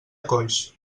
coix